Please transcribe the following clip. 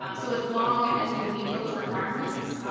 um so as long as you meet those requirements,